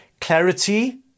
clarity